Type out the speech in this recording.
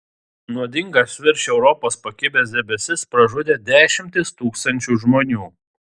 nuodingas virš europos pakibęs debesis pražudė dešimtis tūkstančių žmonių